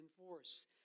enforce